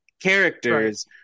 characters